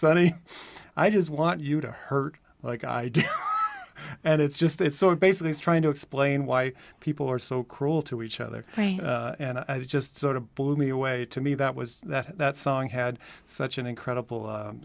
sonny i just want you to hurt like i did and it's just it's basically trying to explain why people are so cruel to each other and just sort of blew me away to me that was that that song had such an incredible